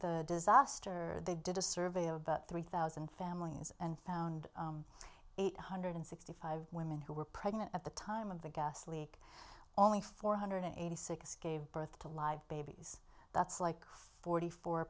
the disaster they did a survey of about three thousand families and found eight hundred sixty five women who were pregnant at the time of the ghastly only four hundred eighty six gave birth to live babies that's like forty four